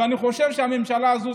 אני חושב שהממשלה הזו,